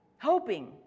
hoping